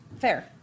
fair